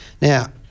Now